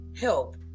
help